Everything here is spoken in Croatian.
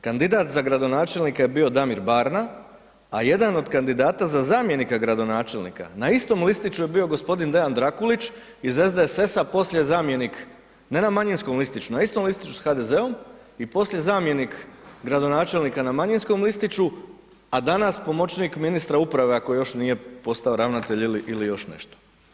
Kandidat za gradonačelnika je bio Damir Barna, a jedan od kandidata za zamjenika gradonačelnika na istom listiću je bio g. Dejan Drakulić iz SDSS-a, poslije zamjenik, ne na manjinskom listiću, na istom listiću s HDZ-om i poslije zamjenik gradonačelnika na manjinskom listiću, a danas pomoćnik ministra uprave, ako još nije postao ravnatelj ili još nešto.